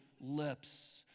Lips